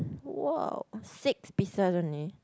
!woah! six pieces only